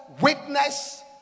witness